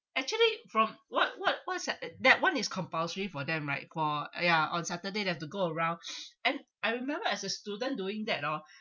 actually from what what what's that it that one is compulsory for them right for uh ya on saturday they have to go around and I remember as a student doing that oh